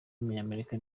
w’umunyamerika